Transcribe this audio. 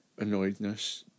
annoyedness